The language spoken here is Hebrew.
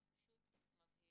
זה פשוט מבהיל,